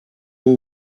will